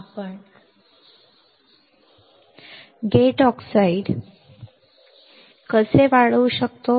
आपण gate oxide कसे वाढवू शकतो